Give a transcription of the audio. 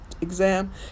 exam